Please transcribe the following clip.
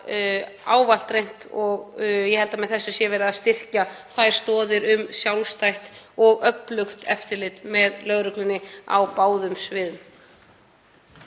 ávallt reynt að hafa, og ég held að með þessu sé verið að styrkja þær stoðir, sjálfstætt og öflugt eftirlit með lögreglunni á báðum sviðum.